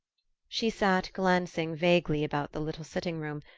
she sat glancing vaguely about the little sitting-room,